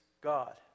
God